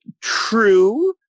True